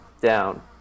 down